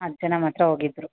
ಹತ್ತು ಜನ ಮಾತ್ರ ಹೋಗಿದ್ರು